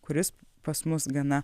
kuris pas mus gana